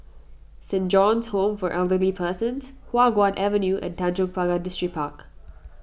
Saint John's Home for Elderly Persons Hua Guan Avenue and Tanjong Pagar Distripark